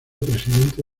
presidente